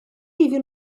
iddyn